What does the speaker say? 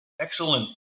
excellent